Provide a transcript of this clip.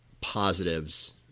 positives